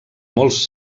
molts